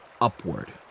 upward